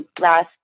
last